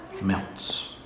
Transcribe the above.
melts